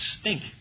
stink